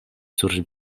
sur